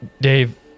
Dave